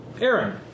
Aaron